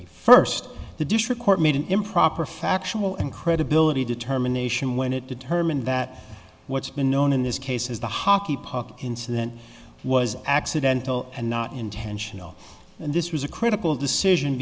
he first the district court made an improper factual and credibility determination when it determined that what's been known in this case is the hockey puck incident was accidental and not intentional and this was a critical decision